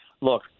look